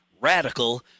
radical